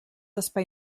espai